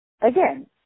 again